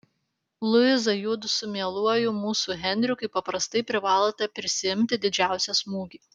luiza judu su mieluoju mūsų henriu kaip paprastai privalote prisiimti didžiausią smūgį